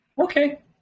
Okay